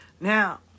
Now